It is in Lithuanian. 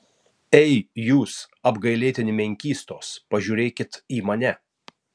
ei jūs apgailėtini menkystos pažiūrėkit į mane